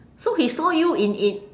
so he saw you in in